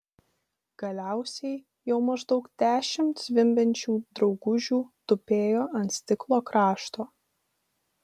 galiausiai jau maždaug dešimt zvimbiančių draugužių tupėjo ant stiklo krašto